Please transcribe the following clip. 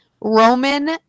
Roman